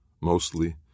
Mostly